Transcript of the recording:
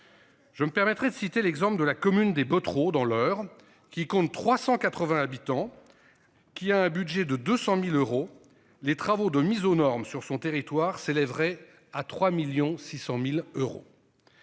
Je me permettrai de citer l'exemple de la commune des Botero dans l'heure qui compte 380 habitants. Qui a un budget de 200.000 euros. Les travaux de mise aux normes sur son territoire s'élèverait à 3.600.000 euros.